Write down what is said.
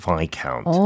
Viscount